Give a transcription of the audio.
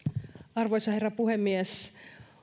arvoisa herra puhemies